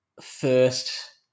first